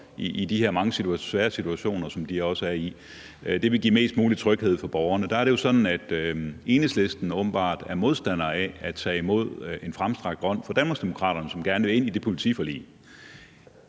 i de her mange svære situationer, som de også er i. Det vil give mest mulig tryghed for borgerne. Der er det jo sådan, at Enhedslisten åbenbart er modstander af at tage imod en fremstrakt hånd fra Danmarksdemokraterne, som gerne vil ind i det politiforlig.